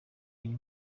iyi